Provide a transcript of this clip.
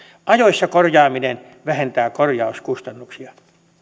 ajoissa korjaaminen vähentää korjauskustannuksia